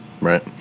Right